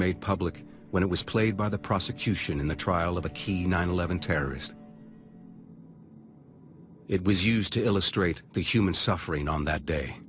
made public when it was played by the prosecution in the trial of a key nine eleven terrorist it was used to illustrate the human suffering on that day